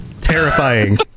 terrifying